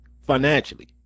financially